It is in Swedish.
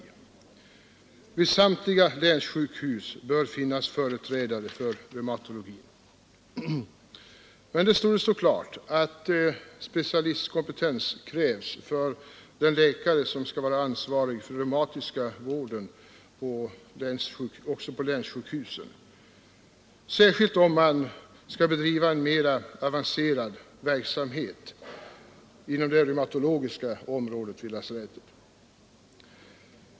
——— Vid samtliga länssjukhus bör finnas företrädare för reumatologi.” Det borde stå klart att specialistkompetens krävs för den läkare som skall vara ansvarig för den reumatiska vården också på länssjukhusen, särskilt om man vid lasarettet skall bedriva en mera avancerad verksamhet på det reumatologiska området.